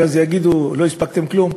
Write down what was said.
ויגידו: לא הספקנו כלום.